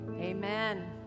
Amen